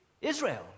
Israel